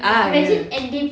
ah ya